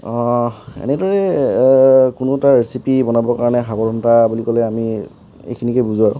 এনেদৰে কোনো এটা ৰেচিপি বনাবৰ কাৰণে সাৱধানতা বুলি ক'লে আমি এইখিনিকে বুজাওঁ